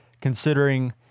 considering